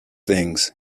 things